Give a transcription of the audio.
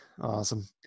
Awesome